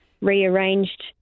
rearranged